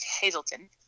Hazleton